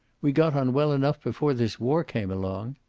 we got on well enough before this war came along.